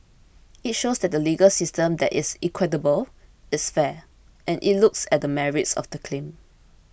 it shows that the legal system there is equitable it's fair and it looks at the merits of the claim